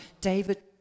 David